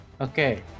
Okay